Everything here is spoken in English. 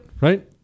right